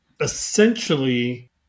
essentially